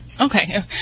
Okay